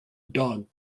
dog